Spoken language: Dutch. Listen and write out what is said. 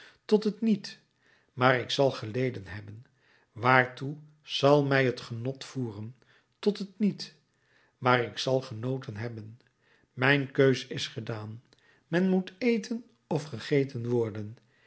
tot het niet maar ik zal geleden hebben waartoe zal mij het genot voeren tot het niet maar ik zal genoten hebben mijn keus is gedaan men moet eten of gegeten worden